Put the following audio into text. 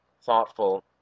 thoughtful